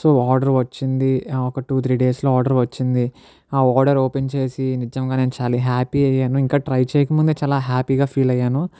so order వచ్చింది ఒక two three డేస్లో ఆర్డర్ వచ్చింది ఆ ఆర్డర్ ఓపెన్ చేసి నిజంగా నేను చాలా హ్యాపీ అయ్యాను ఇంకా ట్రై చేయకముందే చాలా హ్యాపీగా ఫీల్ అయ్యాను